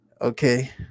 okay